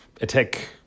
attack